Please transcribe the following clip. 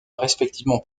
respectivement